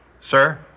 Sir